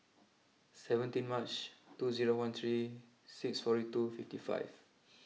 seventeen March two zero one three six forty two fifty five